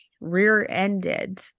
rear-ended